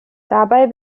dabei